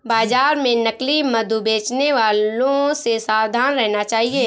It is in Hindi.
बाजार में नकली मधु बेचने वालों से सावधान रहना चाहिए